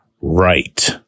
right